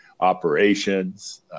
operations